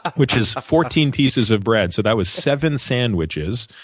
which is fifteen pieces of bread. so that was seven sandwiches